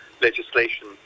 legislation